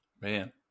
man